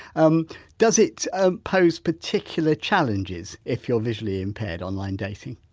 um does it ah pose particular challenges if you're visually impaired online dating?